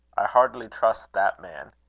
i heartily trust that man.